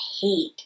hate